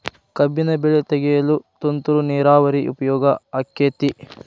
ಕಬ್ಬಿನ ಬೆಳೆ ತೆಗೆಯಲು ತುಂತುರು ನೇರಾವರಿ ಉಪಯೋಗ ಆಕ್ಕೆತ್ತಿ?